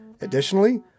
Additionally